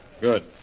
Good